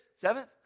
Seventh